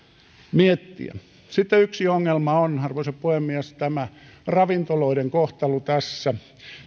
miettiä sitten yksi ongelma on arvoisa puhemies tämä ravintoloiden kohtelu tässä